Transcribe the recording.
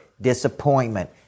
disappointment